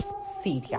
Syria